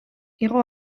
იყო